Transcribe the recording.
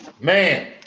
man